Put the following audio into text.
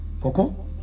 Coco